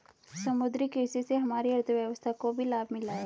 समुद्री कृषि से हमारी अर्थव्यवस्था को भी लाभ मिला है